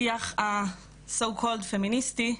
השיח, לכאורה, "הפמיניסטי"